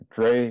Dre